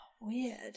Weird